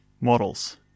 models